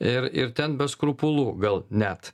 ir ir ten be skrupulų gal net